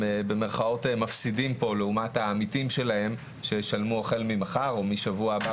הם "מפסידים" פה לעומת העמיתים שלהם שישלמו החל ממחר או משבוע הבא,